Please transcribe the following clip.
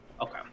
Okay